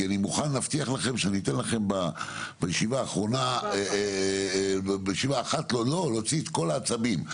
אני מוכן להבטיח לכם שבישיבה האחרונה אני אתן לכם להוציא את כל העצבים.